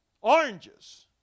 oranges